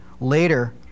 later